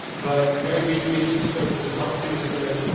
but very briefly, she's served as a health minister,